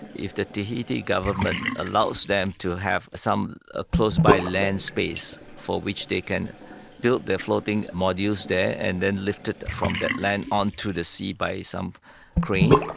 if the tahiti government allows them to have some ah close-by land space for which they can build their floating modules there and then lift it from that land onto the sea by some cranes,